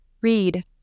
read